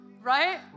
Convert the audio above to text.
Right